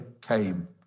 came